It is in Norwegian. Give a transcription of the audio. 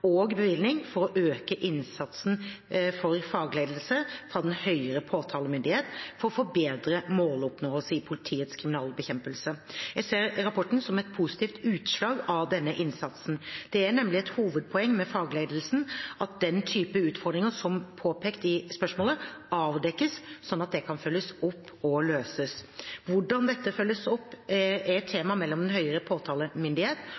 og bevilgninger for å øke innsatsen på fagledelse fra Den høyere påtalemyndighet for å forbedre måloppnåelse i politiets kriminalitetsbekjempelse. Jeg ser rapporten som et positivt utslag av denne innsatsen. Det er nemlig et hovedpoeng med fagledelsen at den type utfordringer som påpekes i spørsmålet, avdekkes sånn at de kan følges opp og løses. Hvordan dette følges opp, er et tema mellom Den høyere påtalemyndighet